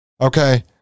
okay